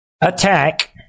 attack